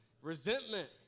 Resentment